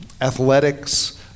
athletics